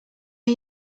are